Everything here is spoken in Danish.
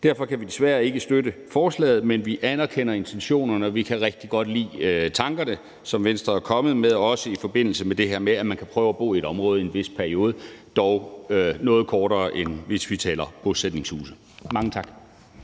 Derfor kan vi desværre ikke støtte forslaget, men vi anerkender intentionerne, og vi kan rigtig godt lide tankerne, som Venstre er kommet med, også i forbindelse med det her med, at man kan prøve at bo i et område i en vis periode, dog en noget kortere periode, end hvis vi taler om bosætningshuse. Mange tak.